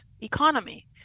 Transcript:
economy